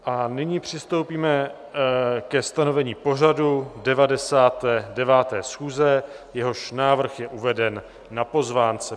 A nyní přistoupíme ke stanovení pořadu 99. schůze, jehož návrh je uveden na pozvánce.